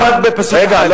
עכשיו רק פסוק אחד.